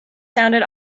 sounded